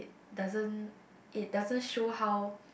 doesn't it doesn't show how